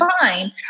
fine